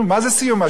סוגרים את המפלגה?